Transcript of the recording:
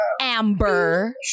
Amber